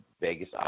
Vegas